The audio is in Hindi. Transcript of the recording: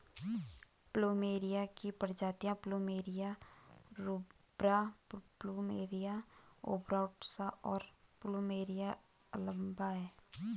प्लूमेरिया की प्रजातियाँ प्लुमेरिया रूब्रा, प्लुमेरिया ओबटुसा, और प्लुमेरिया अल्बा हैं